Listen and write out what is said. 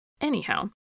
Anyhow